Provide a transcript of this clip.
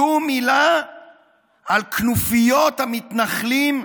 שום מילה על כנופיות המתנחלים,